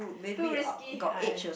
too risky uh